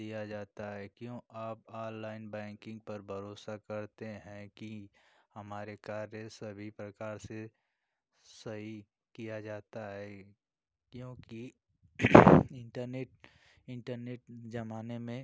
दिया जाता है क्यों आप ऑललाइन बैंकिंग पर भरोसा करते हैं कि हमारे कार्य सभी प्रकार से सही किया जाता है क्योंकि इंटरनेट इंटरनेट ज़माने में